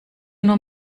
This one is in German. nur